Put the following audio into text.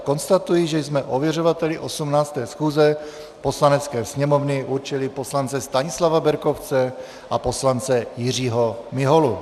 Konstatuji, že jsme ověřovateli 18. schůze Poslanecké sněmovny určili poslance Stanislava Berkovce a poslance Jiřího Miholu.